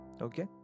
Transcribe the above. Okay